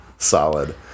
Solid